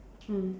mm